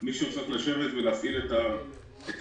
מישהו צריך לשבת ולהפעיל את המכשיר.